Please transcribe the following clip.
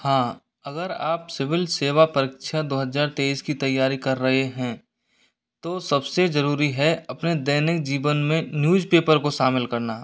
हाँ अगर आप सिविल सेवा परीक्षा दो हज़ार तेईस की तैयारी कर रहे हैं तो सब से ज़रूरी है अपने दैनिक जीवन में न्यूज़पेपर को शामिल करना